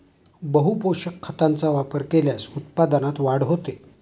बहुपोषक खतांचा वापर केल्यास उत्पादनात वाढ होते